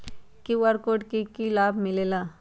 QR code से कि कि लाव मिलेला?